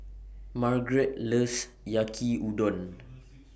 Margrett loves Yaki Udon